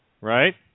right